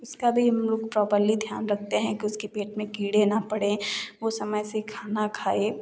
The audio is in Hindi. उसका भी हम लोग प्रॉपर्ली ध्यान रखते हैं कि उसके पेट में कीड़े ना पड़े वह समय से खाना खाए